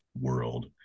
world